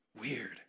weird